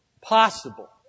possible